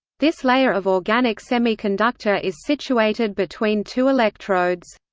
this layer of organic semiconductor is situated between two electrodes.